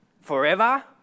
Forever